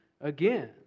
again